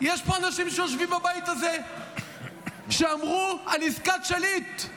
יש פה אנשים שיושבים בבית הזה שאמרו על עסקת שליט: